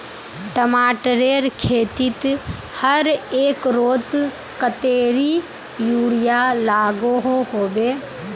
टमाटरेर खेतीत हर एकड़ोत कतेरी यूरिया लागोहो होबे?